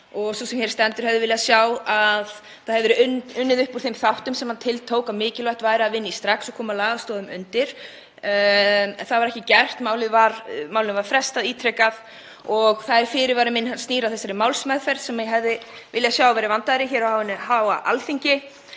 Sú sem hér stendur hefði viljað sjá að unnið hefði verið upp úr þeim þáttum sem hann tiltók að mikilvægt væri að vinna í strax og koma lagastoðum undir. Það var ekki gert. Málinu var frestað ítrekað og fyrirvari minn snýr að málsmeðferðinni sem ég hefði viljað að væri vandaðri hér á hinu háa Alþingi.